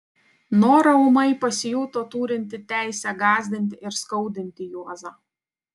nora ūmai pasijuto turinti teisę gąsdinti ir skaudinti juozą